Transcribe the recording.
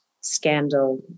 scandal